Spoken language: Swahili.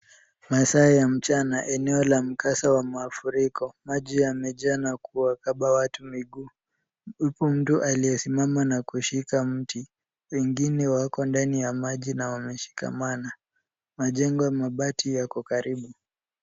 Masaa ya mchana, eneo la mkasa wa mafuriko. Maji yamejaa na kuwakaba watu miguu, huku mtu aliyesimama na kushika mti. Wengine wako ndani ya maji na wameshikamana. Majengo ya mabati yako karibu.